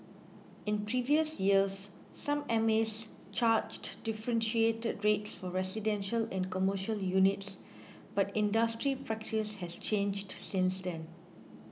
in previous years some M As charged differentiated rates for residential and commercial units but industry practice has changed since then